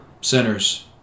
sinners